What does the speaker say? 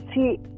See